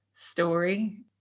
story